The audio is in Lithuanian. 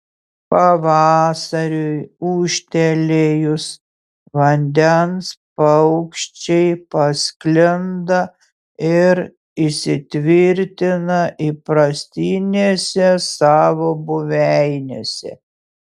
pavasariui ūžtelėjus vandens paukščiai pasklinda ir įsitvirtina įprastinėse savo buveinėse